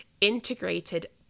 Integrated